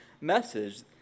message